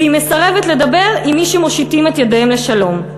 והיא מסרבת לדבר עם מי שמושיטים את ידיהם לשלום.